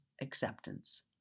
acceptance